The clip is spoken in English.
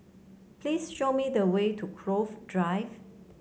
please show me the way to Cove Drive